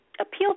appeal